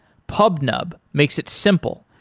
pubnub makes it simple,